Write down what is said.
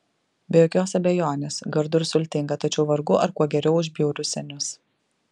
be jokios abejonės gardu ir sultinga tačiau vargu ar kuo geriau už bjaurius senius